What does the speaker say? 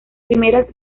primeras